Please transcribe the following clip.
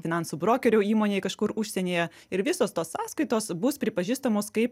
finansų brokerių įmonėj kažkur užsienyje ir visos tos sąskaitos bus pripažįstamos kaip